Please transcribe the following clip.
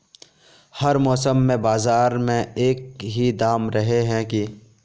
हर मौसम में बाजार में एक ही दाम रहे है की?